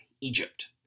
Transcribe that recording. Egypt